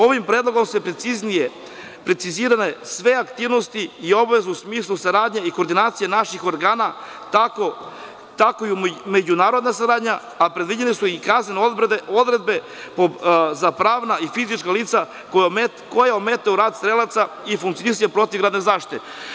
Ovim predlogom su precizirane sve aktivnosti i obaveze u smislu saradnje i koordinacije naših organa, tako i međunarodna saradnja, a predviđene su i kaznene odredbe za pravna i fizička lica koja ometaju rad strelaca i funkcionisanje protivgradne zaštite.